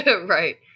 Right